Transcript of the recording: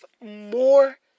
more